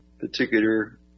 particular